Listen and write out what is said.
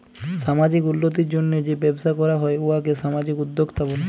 সামাজিক উল্লতির জ্যনহে যে ব্যবসা ক্যরা হ্যয় উয়াকে সামাজিক উদ্যোক্তা ব্যলে